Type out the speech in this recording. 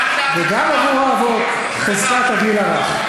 וגם עבור האבות, חזקת הגיל הרך.